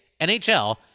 NHL